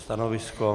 Stanovisko?